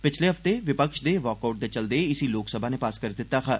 पिछले हफ्ते विपक्ष दे वाकआउट दे चलदे इसी लोकसभा नै पास करी दित्ता हा